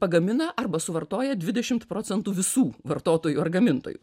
pagamina arba suvartoja dvidešimt procentų visų vartotojų ar gamintojų